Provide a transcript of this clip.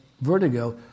Vertigo